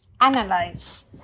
analyze